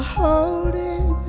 holding